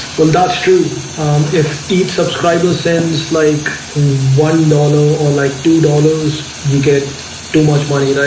well, that's true if each subscriber sends like one dollars or like two dollars you get too much money,